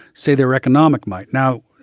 say, their economic might now,